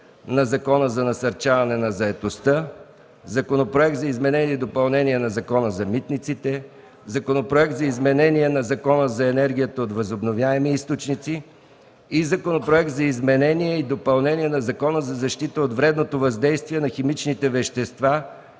на Закона за насърчаване на заетостта. Законопроект за изменение и допълнение на Закона за митниците. Законопроект за изменение на Закона за енергията от възобновяеми източници. Законопроект за изменение и допълнение на Закона за защита от вредното въздействие на химичните вещества